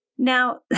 Now